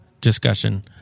Discussion